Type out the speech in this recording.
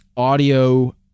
Audio